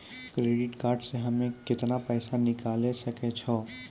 Credit card से हम्मे केतना पैसा निकाले सकै छौ?